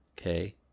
okay